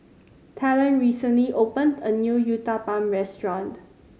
Talen recently opened a new Uthapam Restaurant